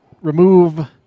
remove